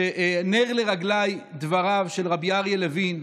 נר לרגליי דבריו של הרב אריה לוין,